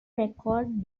record